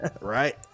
Right